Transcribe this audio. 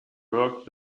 worked